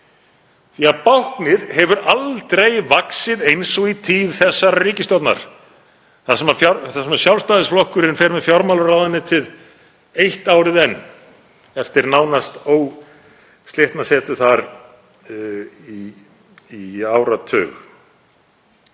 því að báknið hefur aldrei vaxið eins og í tíð þessarar ríkisstjórnar, þar sem Sjálfstæðisflokkurinn fer með fjármálaráðuneytið eitt árið enn eftir nánast óslitna setu þar í áratug.